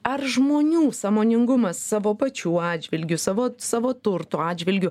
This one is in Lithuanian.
ar žmonių sąmoningumas savo pačių atžvilgiu savo savo turto atžvilgiu